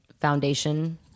foundation